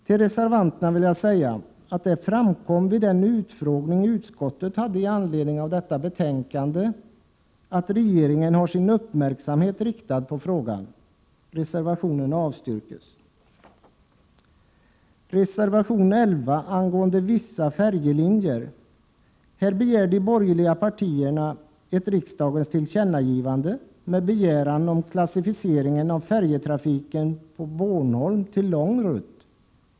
Till reservanterna vill jag säga att det vid den utfrågning utskottet hade i anledning av detta betänkande framkom att regeringen har sin uppmärksamhet riktad på frågan. Reservationen avstyrks. I reservation 11 angående vissa färjelinjer begär de borgerliga partierna ett riksdagens tillkännagivande med begäran om klassificering av färjetrafiken på Bornholm till lång rutt.